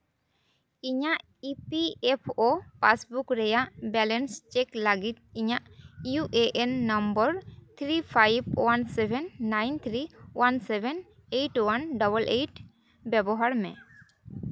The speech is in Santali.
ᱤᱧᱟᱹᱜ E P F O passbook ᱨᱮᱭᱟᱜ ᱵᱮᱞᱮᱱᱥ ᱪᱮᱠ ᱞᱟᱹᱜᱤᱫ ᱤᱧᱟᱹᱜ U A N number three five one seven nine three one seven eight one double eight ᱵᱮᱵᱚᱦᱟᱨ ᱢᱮ